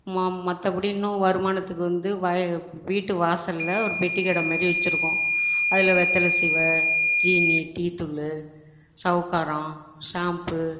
ம மற்றபடி இன்னும் வருமானத்துக்கு வந்து வயல் வீட்டு வாசலில் ஒரு பெட்டிக்கடை மாதிரி வச்சுருக்கோம் அதில் வெற்றில சீவல் ஜீனி டீத்தூள் சவுக்காரம் ஷாம்பூ